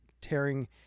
tearing